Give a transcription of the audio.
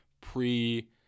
pre